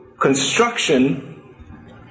construction